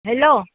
hello